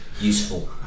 useful